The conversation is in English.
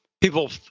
people